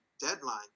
deadline